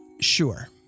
Sure